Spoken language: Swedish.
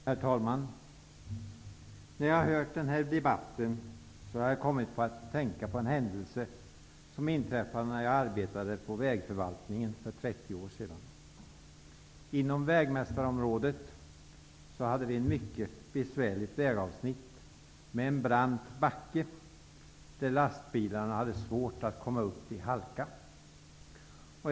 Herr talman! När jag har hört den här debatten har jag kommit att tänka på en händelse som inträffade när jag för 30 år sedan arbetade på en vägförvaltning. Inom vägmästarområdet hade vi ett mycket besvärligt vägavsnitt med en brant backe, där lastbilarna hade svårt att komma upp i halkan.